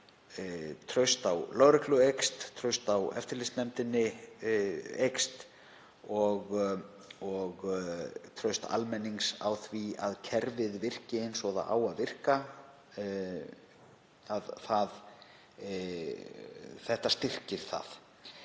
traust á lögreglu aukist, traust á eftirlitsnefndinni aukist og traust almennings á því að kerfið virki eins og það á að virka, að þetta styrki það.